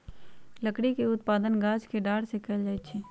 लकड़ी के उत्पादन गाछ के डार के कएल जाइ छइ